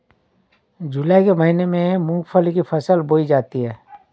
जूलाई के महीने में मूंगफली की फसल बोई जाती है